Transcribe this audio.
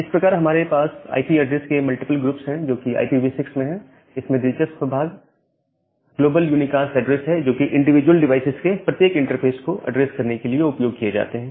इस प्रकार हमारे पास आईपी ऐड्रेसेस के मल्टीपल ग्रुप है जोकि IPv6 में है इसमें दिलचस्प भाग ग्लोबल यूनिकास्ट एड्रेस है जो कि इंडिविजुअल डिवाइसेज के प्रत्येक इंटरफेस को एड्रेस करने के लिए उपयोग किए जाते हैं